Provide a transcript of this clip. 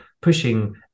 pushing